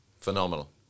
Phenomenal